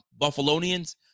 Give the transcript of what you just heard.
Buffalonians